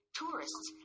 tourists